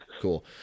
cool